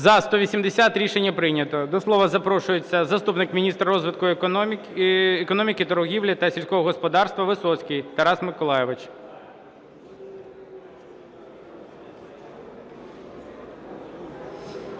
За-180 Рішення прийнято. До слова запрошується заступник міністра розвитку економіки, торгівлі та сільського господарства Висоцький Тарас Миколайович.